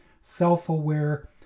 self-aware